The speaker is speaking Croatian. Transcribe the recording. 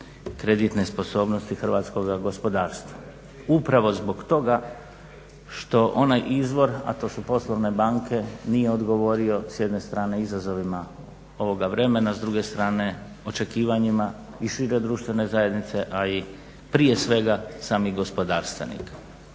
kreditne sposobnosti hrvatskoga gospodarstva. Upravo zbog toga što onaj izvor, a to su poslovne banke, nije odgovorio s jedne strane izazovima ovoga vremena, a s druge strane očekivanjima i šire društvene zajednice, a i prije svega samih gospodarstvenika.